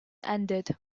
ended